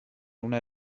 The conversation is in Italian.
una